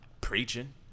preaching